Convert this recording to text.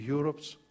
Europe's